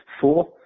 four